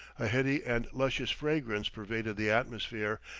a heady and luscious fragrance pervaded the atmosphere,